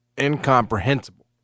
incomprehensible